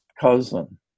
cousin